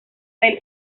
del